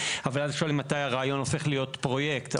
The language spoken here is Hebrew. אבל אז שואל מתי הרעיון הופך להיות פרויקט.